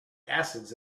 acids